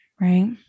right